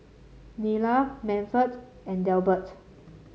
Nila Manford and Delbert